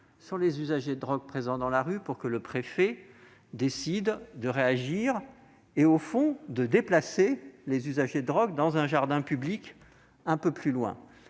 sur les usagers de drogues présents dans la rue pour que le préfet de police décide de réagir et de déplacer les usagers de drogues dans un jardin public un peu plus loin.